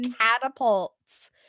catapults